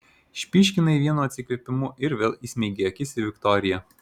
išpyškinai vienu atsikvėpimu ir vėl įsmeigei akis į viktoriją